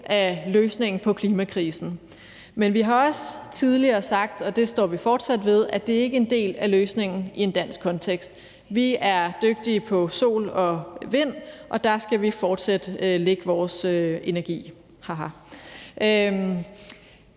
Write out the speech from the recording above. at løsningen på klimakrisen, men vi har også tidligere sagt, og det står vi fortsat ved, at det ikke er en del af løsningen i en dansk kontekst. Vi er dygtige på sol og vind, og der skal vi fortsat lægge vores energi